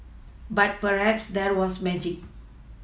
but perhaps there was magic